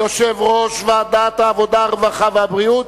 יושב-ראש ועדת העבודה, הרווחה והבריאות,